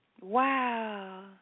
Wow